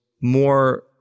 more